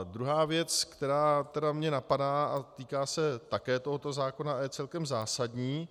Druhá věc, která mě napadá a týká se také tohoto zákona a je celkem zásadní.